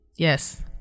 yes